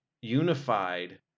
unified